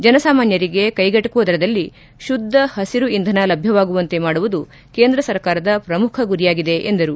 ಜನಸಾಮಾನ್ಯರಿಗೆ ಕೈಗೆಟಕುವ ದರದಲ್ಲಿ ಶುದ್ದ ಹಸಿರು ಇಂಧನ ಲಭ್ಯವಾಗುವಂತೆ ಮಾಡುವುದು ಕೇಂದ್ರ ಸರ್ಕಾರದ ಪ್ರಮುಖ ಗುರಿಯಾಗಿದೆ ಎಂದರು